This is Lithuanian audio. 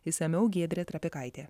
išsamiau giedrė trapikaitė